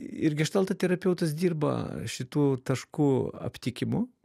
irgi geštalto terapeutas dirba šitų taškų aptikimu